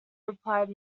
replied